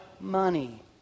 money